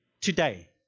today